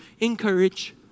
encourage